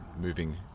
moving